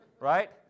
right